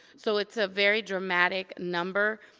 so it's a very dramatic number.